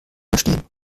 verstehen